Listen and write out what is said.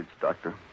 doctor